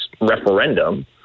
referendum